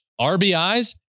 RBIs